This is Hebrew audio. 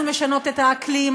אנחנו משנות את האקלים,